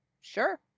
Sure